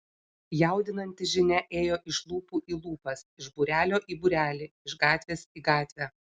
jaudinanti žinia ėjo iš lūpų į lūpas iš būrelio į būrelį iš gatvės į gatvę